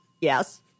Yes